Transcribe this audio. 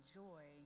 joy